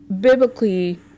biblically